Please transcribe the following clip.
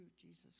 Jesus